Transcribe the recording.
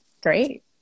great